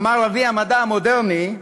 אמר אבי המדע המודרני,